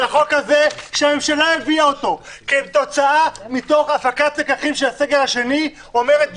הצעת החוק הזאת שהממשלה הביאה כתוצאה מהפקת לקחים של הסגר השני אומרת: